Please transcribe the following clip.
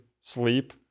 sleep